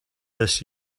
this